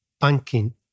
banking